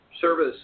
service